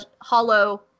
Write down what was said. hollow